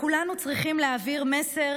כולנו צריכים להעביר מסר